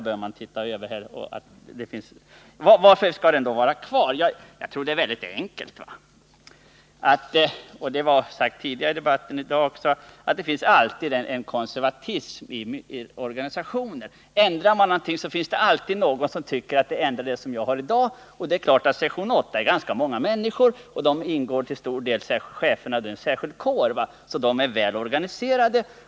Varför vill statsrådet och andra ha den kvar? Jag tror att förklaringen är väldigt enkel: det finns alltid en konservatism i organisationer. Ändrar man någonting, finns det alltid några som tycker det är fel att man ändrar på det som man har i dag. På sektion 8 finns det naturligtvis ganska många människor. Där ingår cheferna och flera andra i en särskild kår, så de är väl organiserade.